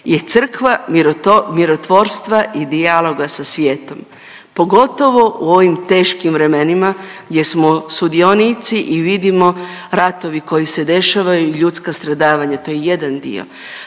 je crkva mirotvorstva i dijaloga sa svijetom, pogotovo u ovim teškim vremenima gdje smo sudionici i vidimo ratovi koji se dešavaju i ljudska stradavanja, to je jedan dio.